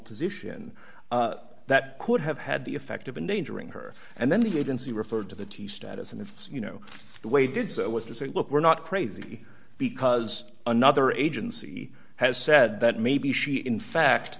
position that could have had the effect of endangering her and then the agency referred to the tea status and if you know the way did so was to say look we're not crazy because another agency has said that maybe she in fact